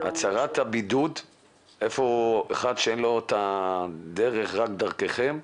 אחד שאין לו דרך אלא דרככם,